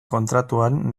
kontratuan